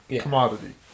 commodity